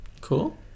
Cool